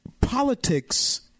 politics